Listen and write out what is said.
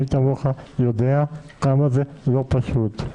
מי כמוך יודע כמה זה לא פשוט.